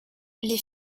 les